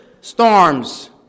storms